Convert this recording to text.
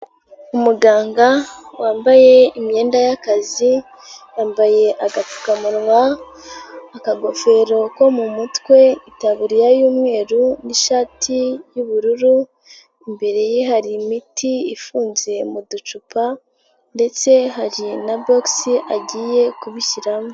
Umuganga wambaye imyenda y'akazi, yambaye agapfukamunwa, akagofero ko mu mutwe, itaburiya y'umweru n'ishati y'ubururu, imbere ye hari imiti ifunze mu ducupa, ndetse hari na bogisi agiye kubishyiramo.